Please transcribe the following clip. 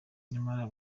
nyamara